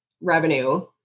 revenue